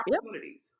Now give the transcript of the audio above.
opportunities